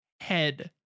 Head